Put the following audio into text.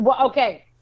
Okay